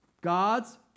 God's